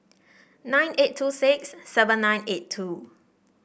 nine eight two six seven nine eight two